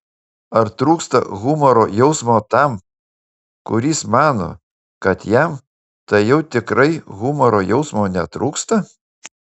ar trūksta humoro jausmo tam kuris mano kad jam tai jau tikrai humoro jausmo netrūksta